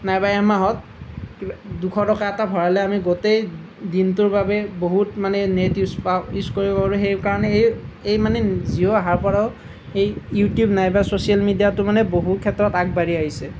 নাইবা এমাহত দুশ টকা এটা ভৰালে আমি গোটেই দিনটোৰ বাবে বহুত মানে নেট ইউজ পাওঁ ইউজ কৰিবলে সেইকাৰণে এই এই মানে জিঅ' অহাৰ পৰাও সেই ইউটিউব নাইবা ছ'চিয়েল মিডিয়াটো মানে বহু ক্ষেত্ৰত আগবাঢ়ি আহিছে